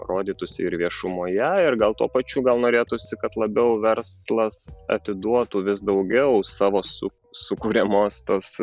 rodytųsi ir viešumoje ir gal tuo pačiu gal norėtųsi kad labiau verslas atiduotų vis daugiau savo su sukuriamos tos